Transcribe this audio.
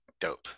dope